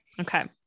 Okay